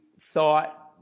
thought